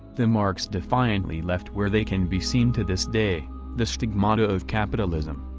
the marks defiantly left where they can be seen to this day the stigmata of capitalism.